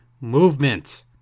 movement